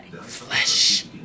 Flesh